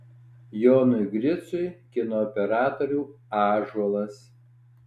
jonui griciui kino operatorių ąžuolas